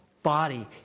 Body